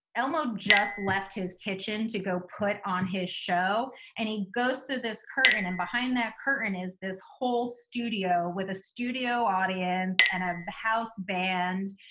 elmo just left his kitchen to go put on his show and he goes through this curtain and behind that curtain is this whole studio with a studio audience and a house band.